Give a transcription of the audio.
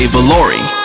Valori